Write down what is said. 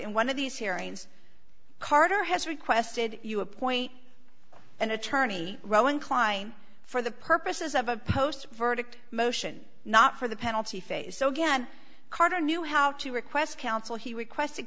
in one of these hearings carter has requested you appoint an attorney rowan klein for the purposes of a post verdict motion not for the penalty phase so again carter knew how to request counsel he requested